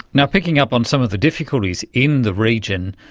now, picking up on some of the difficulties in the region,